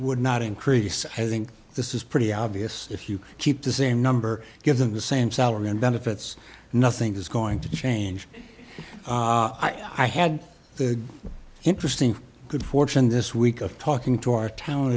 would not increase i think this is pretty obvious if you keep the same number give them the same salary and benefits nothing is going to change i had the interesting good fortune this week of talking to our town